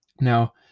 Now